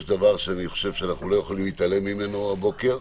יש דבר שאיננו יכולים להתעלם ממנו הבוקר,